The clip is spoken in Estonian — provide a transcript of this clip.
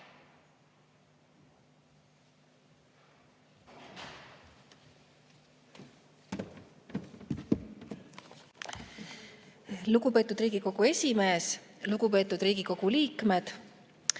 Lugupeetud Riigikogu esimees! Lugupeetud Riigikogu liikmed!